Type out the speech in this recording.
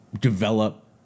develop